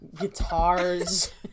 guitars